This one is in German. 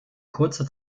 kurze